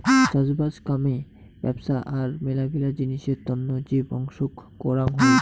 চাষবাস কামে ব্যপছা আর মেলাগিলা জিনিসের তন্ন যে বংশক করাং হই